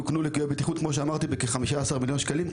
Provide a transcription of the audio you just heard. תוקנו ליקויי בטיחות בכ-15 מיליון שקלים,